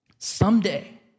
Someday